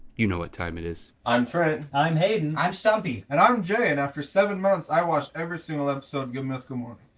you know what time it is. i'm fred. i'm hayden. i'm stumpy. and i'm jay and for seven months, i watched every single episode of good mythical morning.